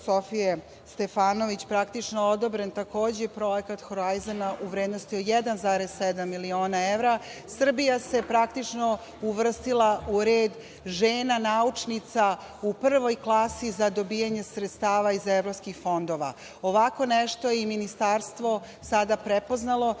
Sofije Stefanović praktično odobren takođe projekat „Horajzena“ u vrednosti do 1,7 miliona evra. Srbija se praktično uvrstila u red žena naučnica u prvoj klasi za dobijanje sredstava iz evropskih fondova. Ovako nešto je i Ministarstvo sada prepoznalo